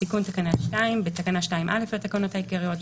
תיקון תקנה 2 בתקנה 2(א) לתקנות העיקריות,